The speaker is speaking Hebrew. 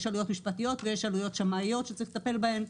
יש עלויות משפטיות ויש עלויות שמאיות שצריך לטפל בהן,